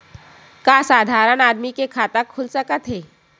का साधारण आदमी के खाता खुल सकत हे?